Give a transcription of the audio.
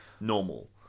normal